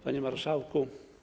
Panie Marszałku!